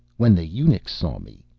when the eunuchs saw me,